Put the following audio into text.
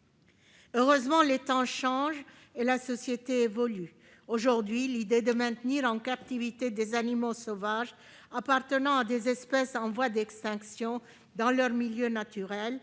« Heureusement, les temps changent et la société évolue. Aujourd'hui, l'idée de maintenir en captivité des animaux sauvages appartenant à des espèces en voie d'extinction dans leur milieu naturel,